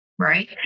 Right